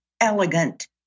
elegant